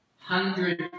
Hundred